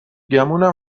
گمونم